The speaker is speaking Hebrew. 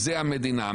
זה המדינה.